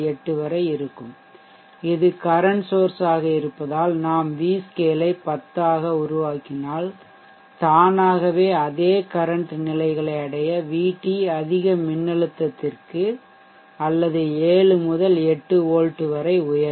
8 வரை இருக்கும் இது கரன்ட் சோர்ஷ் ஆக இருப்பதால் நாம் v scale ஐ 10 ஆக உருவாக்கினால் தானாகவே அதே கரன்ட் நிலைகளை அடைய vT அதிக மின்னழுத்தத்திற்கு அல்லது 7 முதல் 8 வோல்ட் வரை உயரும்